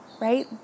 right